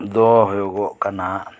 ᱫᱚ ᱦᱩᱭᱩᱜᱚᱜ ᱠᱟᱱᱟ